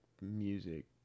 music